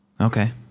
Okay